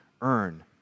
earn